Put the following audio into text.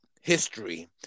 history